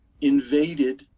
invaded